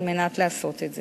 על מנת לעשות את זה.